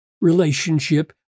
relationship